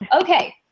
Okay